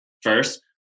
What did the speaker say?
first